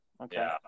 Okay